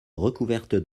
recouverte